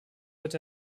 wird